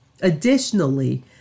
Additionally